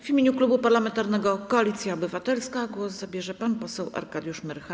W imieniu Klubu Parlamentarnego Koalicja Obywatelska głos zabierze pan poseł Arkadiusz Myrcha.